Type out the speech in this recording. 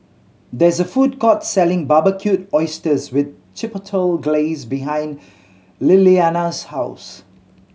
there is a food court selling Barbecued Oysters with Chipotle Glaze behind Lilianna's house